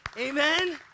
Amen